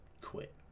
quit